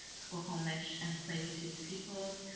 squamish, and tsleil-waututh peoples,